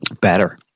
better